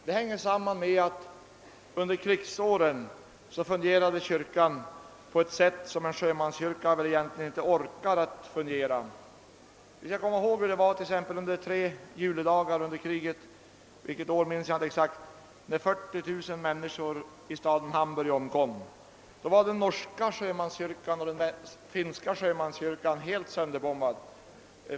Det sammanhänger med att kyrkan under krigsåren fungerade på ett sätt som en sjömanskyrka egentligen inte orkar fungera. Under tre julidagar under kriget — vilket år minns jag inte exakt — då 40 000 människor i staden Hamburg omkom var norska sjömanskyrkan och finska sjömanskyrkan sönderbombade.